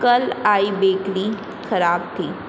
कल आई बेकरी खराब थी